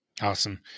Awesome